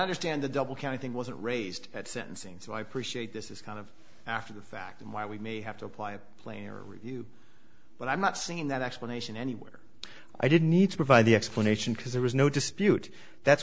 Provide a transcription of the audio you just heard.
understand the double counting wasn't raised at sentencing so i appreciate this is kind of after the fact and while we may have to apply a player but i'm not seeing that explanation anywhere i didn't need to provide the explanation because there was no dispute that